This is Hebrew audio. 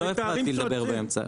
לא הפרעתי לך לדבר באמצע.